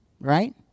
Right